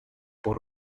por